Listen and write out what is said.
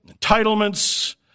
entitlements